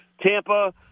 Tampa